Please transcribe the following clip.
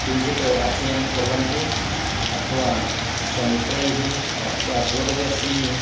किञ्चित् अध्ययनं कुर्वन्ति अथवा स्वमित्रैः अथवा दूरदर्शनं